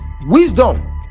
Wisdom